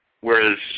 whereas